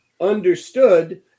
understood